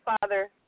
Father